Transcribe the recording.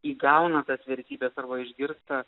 įgauna tas vertybes arba išgirsta